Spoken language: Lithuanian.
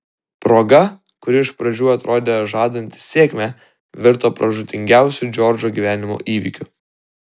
proga kuri iš pradžių atrodė žadanti sėkmę virto pražūtingiausiu džordžo gyvenimo įvykiu